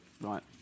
Right